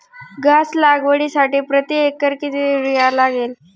घास लागवडीसाठी प्रति एकर किती युरिया लागेल?